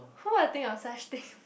who will think of such thing